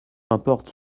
importe